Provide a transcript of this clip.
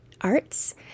Arts